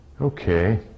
Okay